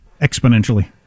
exponentially